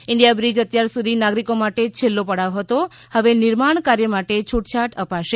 India bridge અત્યાર સુધી નાગરિકો માટે છેલ્લો પડાવ હતો હવે નિર્માણ કાર્ય માટે છૂટછાટ આપશે